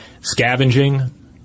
scavenging